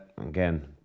again